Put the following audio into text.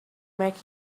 make